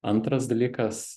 antras dalykas